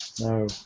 No